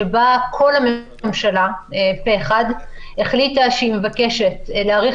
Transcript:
שבה כל הממשלה פה אחד החליטה שהיא מבקשת להאריך